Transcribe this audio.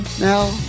now